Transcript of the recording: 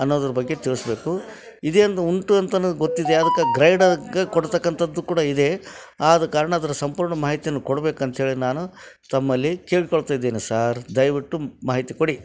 ಅನ್ನೋದ್ರ ಬಗ್ಗೆ ತಿಳಿಸ್ಬೇಕು ಇದೆ ಅಂತ ಉಂಟು ಅಂತ ಅನ್ನೋದ್ ಗೊತ್ತಿದೆ ಅದಕ್ಕೆ ಗ್ರೈಡ್ ಅದ್ಕೆ ಕೊಡತಕ್ಕಂಥದ್ದು ಕೂಡ ಇದೆ ಆದ ಕಾರಣ ಅದರ ಸಂಪೂರ್ಣ ಮಾಹಿತಿಯನ್ನು ಕೊಡಬೇಕಂತ ಹೇಳಿ ನಾನು ತಮ್ಮಲ್ಲಿ ಕೇಳಿಕೊಳ್ತಾಯಿದ್ದೀನಿ ಸಾರ್ ದಯವಿಟ್ಟು ಮಾಹಿತಿ ಕೊಡಿ